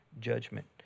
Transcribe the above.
judgment